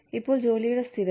ഇപ്പോൾ ജോലിയുടെ സ്ഥിരത